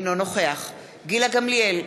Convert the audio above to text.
אינו נוכח גילה גמליאל,